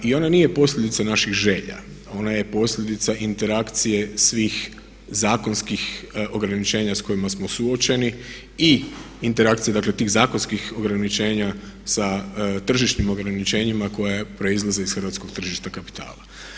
I ona nije posljedica naših želja, ona je posljedica interakcije svih zakonskih ograničenja s kojima smo suočeni i interakcije dakle tih zakonskih ograničenja sa tržišnim ograničenjima koja proizlaze iz hrvatskog tržišta kapitala.